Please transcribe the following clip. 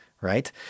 right